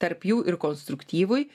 tarp jų ir konstruktyvui